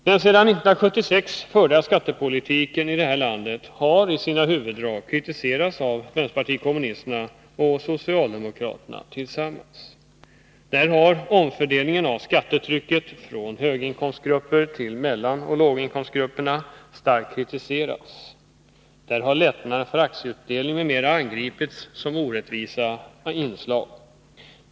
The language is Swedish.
Den sedan 1976 förda skattepolitiken i vårt land har i sina huvudrag kritiserats av vänsterpartiet kommunisterna och socialdemokraterna tillsammans. Då har omfördelningen av skattetrycket från höginkomstgrupperna till mellanoch låginkomstgrupperna starkt kritiserats. Då har lättnaderna för aktieutdelning m.m. angripits som orättvisa inslag.